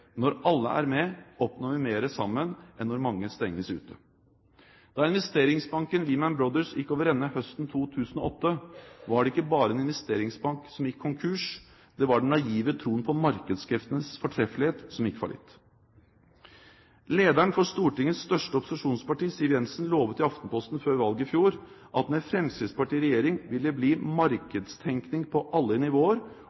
Når alle er med, oppnår vi mer sammen enn når mange stenges ute. Da investeringsbanken Lehman Brothers gikk over ende høsten 2008, var det ikke bare en investeringsbank som gikk konkurs. Det var den naive troen på markedskreftenes fortreffelighet som gikk fallitt. Lederen for Stortingets største opposisjonsparti, Siv Jensen, lovet i Aftenposten før valget i fjor at med Fremskrittspartiet i regjering vil det bli